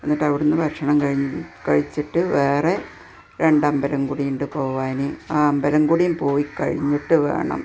എന്നിട്ട് അവിടുന്ന് ഭക്ഷണം കഴിച്ചിട്ട് വേറെ രണ്ടമ്പലം കൂടിയുണ്ട് പോവാന് ആ അമ്പലം കൂടീം പോയിക്കഴിഞ്ഞിട്ട് വേണം